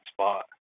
spot